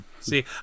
See